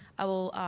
i will